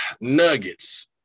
Nuggets